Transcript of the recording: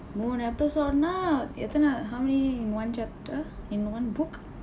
மூன்று :muunru episode நா எத்தனை:naa eththanai how many in one chapter in one book